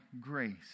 grace